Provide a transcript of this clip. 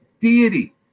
deity